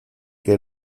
que